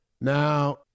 Now